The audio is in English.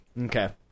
Okay